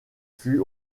fut